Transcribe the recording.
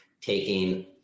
taking